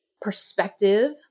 perspective